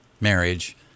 marriage